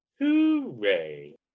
Hooray